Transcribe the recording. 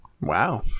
Wow